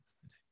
today